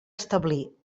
establir